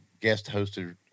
guest-hosted